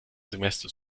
semester